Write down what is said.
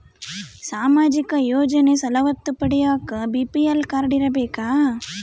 ಸಾಮಾಜಿಕ ಯೋಜನೆ ಸವಲತ್ತು ಪಡಿಯಾಕ ಬಿ.ಪಿ.ಎಲ್ ಕಾಡ್೯ ಇರಬೇಕಾ?